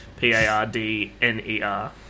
P-A-R-D-N-E-R